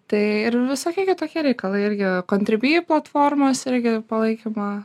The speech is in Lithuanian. tai ir visokie kitokie reikalai irgi kontriby platformos irgi palaikymą